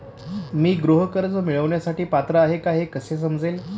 मी गृह कर्ज मिळवण्यासाठी पात्र आहे का हे कसे समजेल?